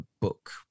book